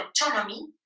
autonomy